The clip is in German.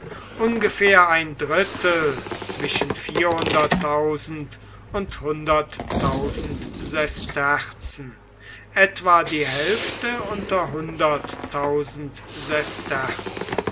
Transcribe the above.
ungefähr ein drittel zwischen und sesterzen etwa die hälfte unter